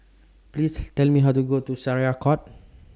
Please Tell Me How to get to Syariah Court